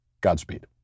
Godspeed